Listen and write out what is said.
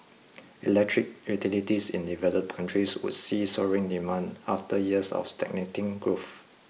electric utilities in developed countries would see soaring demand after years of stagnating growth